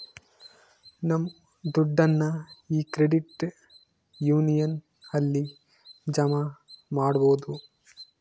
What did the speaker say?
ನಮ್ ದುಡ್ಡನ್ನ ಈ ಕ್ರೆಡಿಟ್ ಯೂನಿಯನ್ ಅಲ್ಲಿ ಜಮಾ ಮಾಡ್ಬೋದು